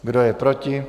Kdo je proti?